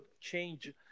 change